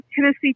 Tennessee